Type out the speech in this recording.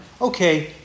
Okay